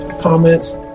comments